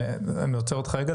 אני עוצר אותך רגע.